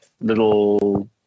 little